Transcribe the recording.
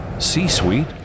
C-Suite